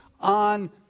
on